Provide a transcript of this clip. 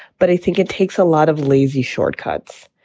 but i think it takes a lot of lazy shortcuts